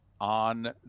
on